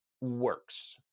works